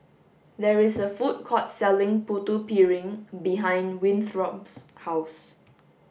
there is a food court selling putu piring behind Winthrop's house